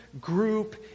group